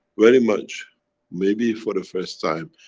very much maybe for the first time,